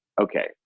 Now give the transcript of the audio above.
okay